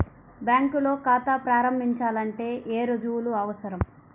బ్యాంకులో ఖాతా ప్రారంభించాలంటే ఏ రుజువులు అవసరం?